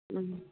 ꯎꯝ